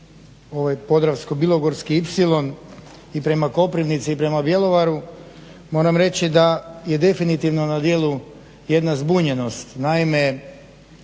Hvala vam